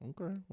Okay